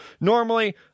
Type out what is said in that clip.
normally